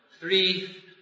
Three